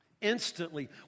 Instantly